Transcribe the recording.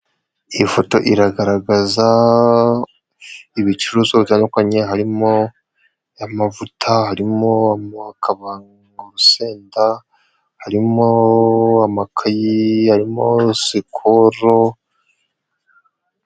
Iyi foto iragaragaza ibicuruzwa bitandukanye harimo amavuta, harimo amo, hakaba urusenda, harimo amakayi, harimo sikoro.